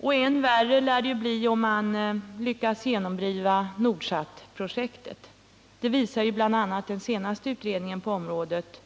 Och än värre lär det bli, om man lyckas genomdriva Nordsatprojektet, det visar bl.a. den senaste utredningen på området,